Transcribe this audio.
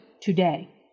today